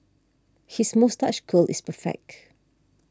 his moustache curl is perfect